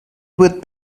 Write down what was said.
would